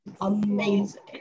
amazing